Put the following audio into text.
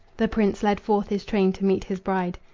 the prince led forth his train to meet his bride,